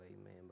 amen